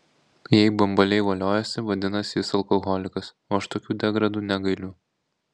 jei bambaliai voliojasi vadinasi jis alkoholikas o aš tokių degradų negailiu